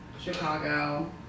Chicago